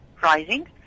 rising